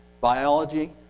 Biology